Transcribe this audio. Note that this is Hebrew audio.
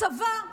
הצבא,